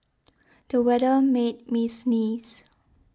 the weather made me sneeze